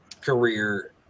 career